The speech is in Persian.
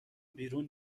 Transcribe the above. بیرون